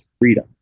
freedom